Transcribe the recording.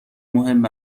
مهم